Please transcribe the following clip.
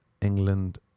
England